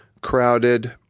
crowded